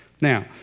Now